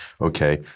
okay